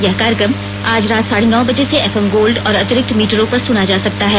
यह कार्यक्रम आज रात साढे नौ बजे से एफ एम गोल्ड और अतिरिक्त मीटरों पर सुना जा सकता है